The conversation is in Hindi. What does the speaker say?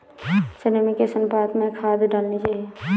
चने में किस अनुपात में खाद डालनी चाहिए?